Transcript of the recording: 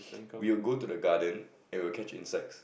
we will go to the garden and we will catch insects